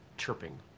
chirping